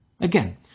Again